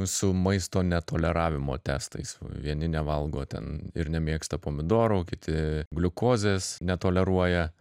su maisto netoleravimo testais vieni nevalgo ten ir nemėgsta pomidorų kiti gliukozės netoleruoja